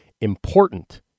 important